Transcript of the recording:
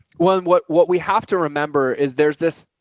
what, what what we have to remember is there's this,